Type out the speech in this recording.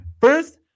first